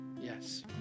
yes